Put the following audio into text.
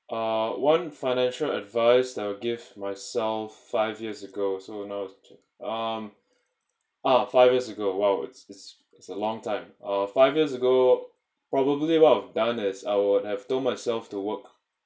uh one financial advice I would give myself five years ago so you know um ah five years ago !wow! it's it's as a longtime uh five years ago probably what I would have done is I would have told myself to work